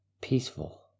peaceful